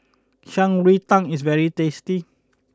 Shan Rui Tang is very tasty